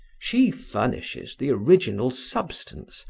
she furnishes the original substance,